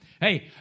Hey